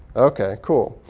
ok, cool,